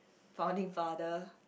founding father